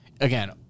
again